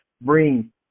bring